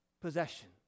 possession